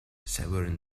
savouring